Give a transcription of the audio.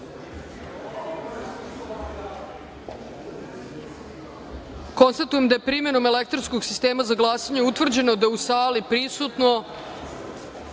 glasanje. Konstatujem da je primenom elektronskog sistema za glasanje utvrđeno da je u sali prisutno